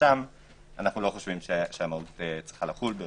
שם אנחנו לא חושבים שהמהו"ת צריכה לחול.